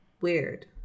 weird